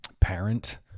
parent